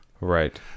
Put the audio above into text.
Right